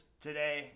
today